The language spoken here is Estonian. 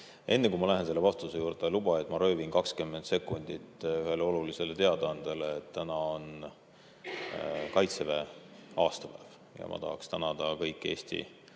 Enne, kui ma lähen selle vastuse juurde, luba, et ma röövin 20 sekundit ühele olulisele teadaandele: täna on Kaitseväe aastapäev ja ma tahaksin tänada kõiki Eesti